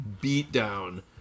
beatdown